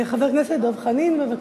חבר הכנסת דב חנין, בבקשה.